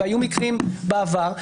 והיו מקרים בעבר,